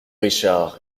richard